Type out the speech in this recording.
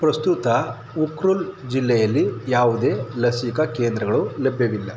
ಪ್ರಸ್ತುತ ಉಖ್ರುಲ್ ಜಿಲ್ಲೆಯಲ್ಲಿ ಯಾವುದೇ ಲಸಿಕಾ ಕೇಂದ್ರಗಳು ಲಭ್ಯವಿಲ್ಲ